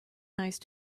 nice